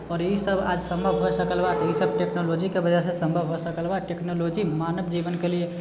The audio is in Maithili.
आओर ई सभ आज सम्भव भए सकल बा तऽ ई सभ टेक्नोनलोजीके वजहसँ सम्भव भए सकल बा टेक्नोनलोजी मानव जीवनके लिए